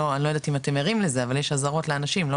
אני לא יודעת אם אתם ערים לזה אבל יש אזהרות לאנשים לא